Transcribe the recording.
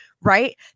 Right